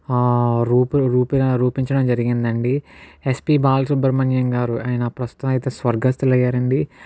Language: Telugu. ఆ రూపు రూపిన రూపించడం జరిగిందండి యస్పి బాలసుబ్రమణ్యం గారు ఆయన ప్రస్తుతం అయితే స్వర్గస్తులు అయ్యారండి